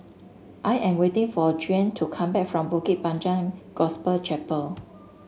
I am waiting for Juan to come back from Bukit Panjang Gospel Chapel